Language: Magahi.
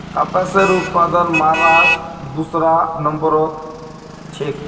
कपासेर उत्पादनत महाराष्ट्र दूसरा नंबरत छेक